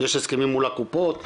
יש הסכמים מול הקופות,